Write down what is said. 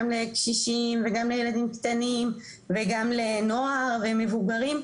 גם לקשישים וגם לילדים קטנים וגם לנוער ומבוגרים,